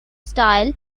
style